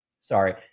sorry